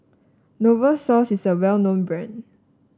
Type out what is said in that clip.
Novosource is a well known brand